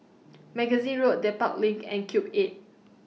Magazine Road Dedap LINK and Cube eight